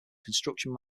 construction